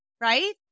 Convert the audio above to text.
right